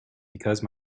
because